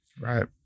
right